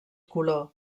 color